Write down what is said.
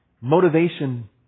motivation